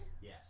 Yes